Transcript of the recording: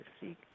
seek